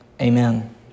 Amen